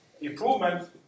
improvement